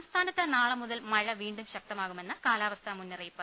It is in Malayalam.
സംസ്ഥാനത്ത് നാളെ മുതൽ മഴ വീണ്ടും ശക്തമാകുമെന്ന് കാലാവസ്ഥാ മുന്നറിയിപ്പ്